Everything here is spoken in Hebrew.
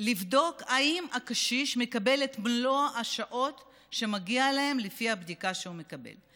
לבדוק אם הקשיש מקבל את מלוא השעות שמגיעות לו לפי הבדיקה שהוא מקבל.